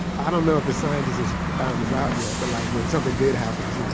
i don't know if a scientist has found this out yet, but like when something good happens, you know